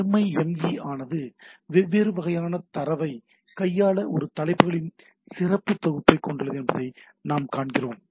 MIME ஆனது வெவ்வேறு வகையான தரவைக் கையாள ஒரு தலைப்புகளின் சிறப்பான தொகுப்பைக் கொண்டுள்ளது என்பதை நாம் காண்கிறோம்